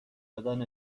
دادن